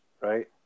right